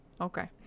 Okay